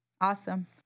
Awesome